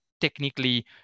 technically